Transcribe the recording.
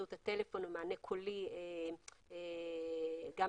הטלפון או מענה קולי ולצורך העניין גם